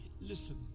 listen